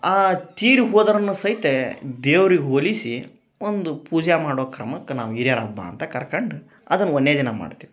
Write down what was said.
ಆ ತೀರಿಹೋದರನ್ನು ಸೈತೆ ದೇವ್ರಿಗೆ ಹೋಲಿಸಿ ಒಂದು ಪೂಜ ಮಾಡೋ ಕ್ರಮಕ್ಕ ನಮ್ಮ ಹಿರಿಯರ್ ಹಬ್ಬ ಅಂತ ಕರ್ಕಂಡು ಅದನ್ನ ಒಂದನೇ ದಿನ ಮಾಡ್ತೀವಿ